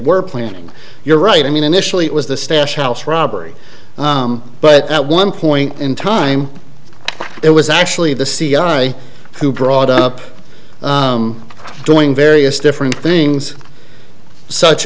were planning you're right i mean initially it was the stash house robbery but at one point in time it was actually the cia who brought up doing various different things such